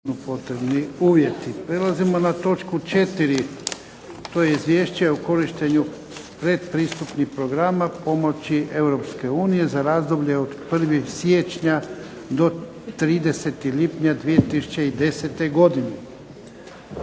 Klub zastupnika HSS-a podržat će ovo Izvješće o korištenju predpristupnih programa pomoći EU za razdoblje od 01. siječnja do 30. lipnja 2010. godine.